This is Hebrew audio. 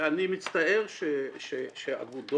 ואני מצטער שאגודות